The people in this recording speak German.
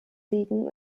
liegen